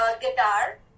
guitar